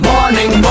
Morning